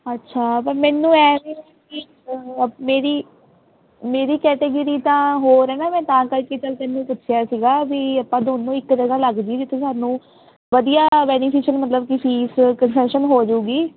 ਅੱਛਾ ਪਰ ਮੈਨੂੰ ਐਂ ਸੀ ਕਿ ਅਵ ਮੇਰੀ ਮੇਰੀ ਕੈਟੇਗਰੀ ਤਾਂ ਹੋਰ ਹੈ ਨਾ ਮੈਂ ਤਾਂ ਕਰਕੇ ਚੱਲ ਤੈਨੂੰ ਪੁੱਛਿਆ ਸੀਗਾ ਵੀ ਆਪਾਂ ਦੋਨੋ ਇੱਕ ਜਗ੍ਹਾ ਲੱਗ ਜੀਏ ਜਿੱਥੇ ਸਾਨੂੰ ਵਧੀਆ ਬੈਨੀਫਿਸ਼ਨ ਮਤਲਬ ਕਿ ਫੀਸ ਕੋਨਸੇਸ਼ਨ ਹੋ ਜੂਗੀ